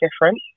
different